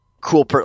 Cool